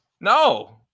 No